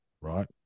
right